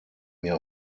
mir